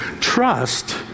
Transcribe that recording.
Trust